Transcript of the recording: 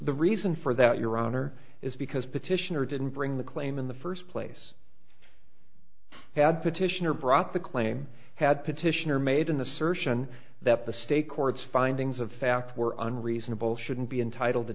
the reason for that your honor is because petitioner didn't bring the claim in the first place had petitioner brought the claim had petitioner made an assertion that the state courts findings of fact were unreasonable shouldn't be entitled to